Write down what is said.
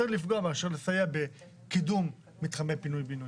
לפגוע מאשר לסייע בקידום מתחמי פינוי בינוי.